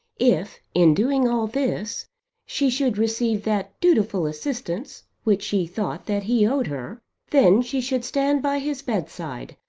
if in doing all this she should receive that dutiful assistance which she thought that he owed her then she should stand by his bed-side,